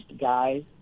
guys